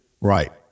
right